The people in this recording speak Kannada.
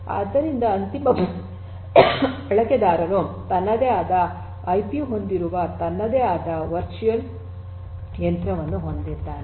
ಆದ್ದರಿಂದ ಅಂತಿಮ ಬಳಕೆದಾರನು ತನ್ನದೇ ಆದ ಐಪಿ ಹೊಂದಿರುವ ತನ್ನದೇ ಆದ ವರ್ಚುವಲ್ ಯಂತ್ರವನ್ನು ಹೊಂದಿದ್ದಾನೆ